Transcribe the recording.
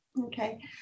okay